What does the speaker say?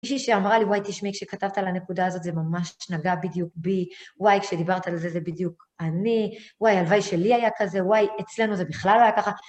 מישהי שאמרה לי, וואי, תשמעי, כשכתבת על הנקודה הזאת, זה ממש נגע בדיוק בי, וואי, כשדיברת על זה, זה בדיוק אני, וואי, הלוואי שלי היה כזה, וואי, אצלנו זה בכלל היה ככה.